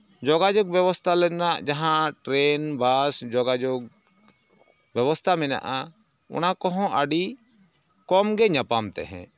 ᱡᱳᱜᱟᱡᱳᱜᱽ ᱵᱮᱵᱚᱥᱛᱟ ᱨᱮᱱᱟᱜ ᱡᱟᱦᱟᱸ ᱴᱨᱮᱱ ᱵᱟᱥ ᱡᱳᱜᱟᱡᱳᱜᱽ ᱵᱮᱵᱚᱥᱛᱟ ᱢᱮᱱᱟᱜᱼᱟ ᱚᱱᱟ ᱠᱚᱦᱚᱸ ᱟᱹᱰᱤ ᱠᱚᱢ ᱜᱮ ᱧᱟᱯᱟᱢ ᱛᱟᱦᱮᱸᱫ